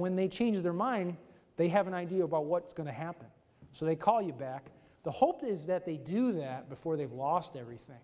when they change their mind they have an idea about what's going to happen so they call you back the hope is that they do that before they've lost everything